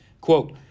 Quote